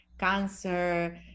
cancer